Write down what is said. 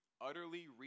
utterly